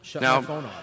Now